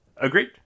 Agreed